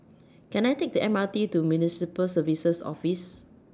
Can I Take The M R T to Municipal Services Office